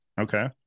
Okay